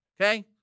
Okay